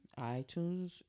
iTunes